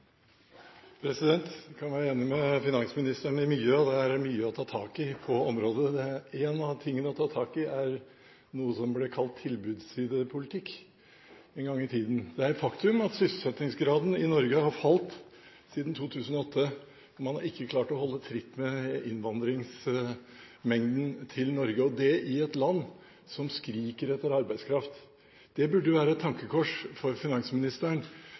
mye å ta tak i på området. En av tingene å ta tak i er noe som en gang i tiden ble kalt tilbudssidepolitikk. Det er et faktum at sysselsettingsgraden i Norge har falt siden 2008, og man har ikke klart å holde tritt med innvandringsmengden til Norge, og det i et land som skriker etter arbeidskraft. Det burde være et tankekors for finansministeren.